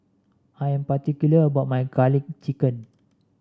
I am particular about my garlic chicken